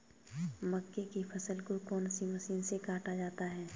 मक्के की फसल को कौन सी मशीन से काटा जाता है?